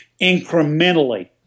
incrementally